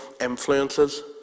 influences